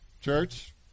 church